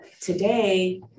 today